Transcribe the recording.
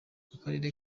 akarere